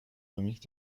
remix